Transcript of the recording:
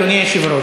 אדוני היושב-ראש,